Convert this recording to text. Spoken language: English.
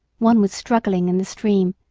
one was struggling in the stream,